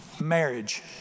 Marriage